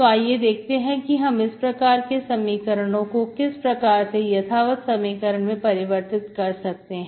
तो आइए देखते हैं कि हम इस प्रकार के समीकरणों को किस प्रकार से यथावत समीकरण में परिवर्तित कर सकते हैं